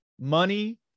money